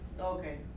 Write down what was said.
Okay